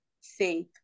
safe